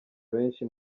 benshi